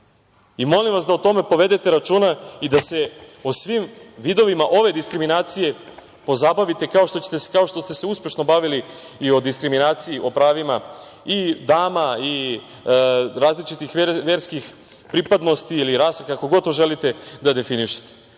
isto. Molim vas da o tome povedete računa i da se o svim vidovima ove diskriminacije pozabavite, kao što ste se uspešno bavili i o diskriminaciji o pravima i dama i različitih verskih pripadnosti ili rase, kako god to želite da definišete.